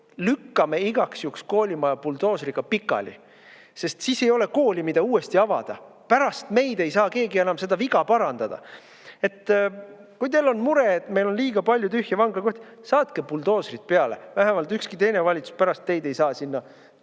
lükkame igaks juhuks koolimaja buldooseriga pikali. Siis ei ole kooli, mida uuesti avada. Pärast meid ei saa keegi enam seda viga parandada. Kui teil on mure, et meil on liiga palju tühje vanglakohti, saatke buldooserid peale. Vähemalt ükski teine valitsus pärast teid ei saa sinna